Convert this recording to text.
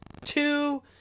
two